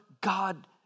God